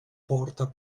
porta